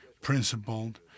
principled